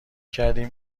کردیم